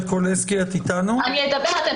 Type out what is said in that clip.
הזמן.